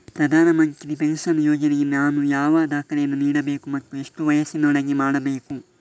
ಪ್ರಧಾನ ಮಂತ್ರಿ ಪೆನ್ಷನ್ ಯೋಜನೆಗೆ ನಾನು ಯಾವ ದಾಖಲೆಯನ್ನು ನೀಡಬೇಕು ಮತ್ತು ಎಷ್ಟು ವಯಸ್ಸಿನೊಳಗೆ ಮಾಡಬೇಕು?